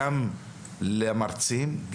גם למרצים,